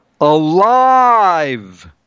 alive